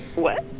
what?